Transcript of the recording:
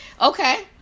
Okay